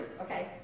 okay